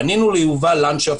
פנינו ליובל לנשפט,